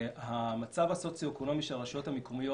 המצב הסוציואקונומי של הרשויות המקומיות